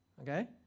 Okay